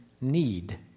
need